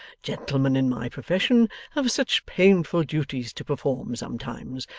gentleman in my profession have such painful duties to perform sometimes,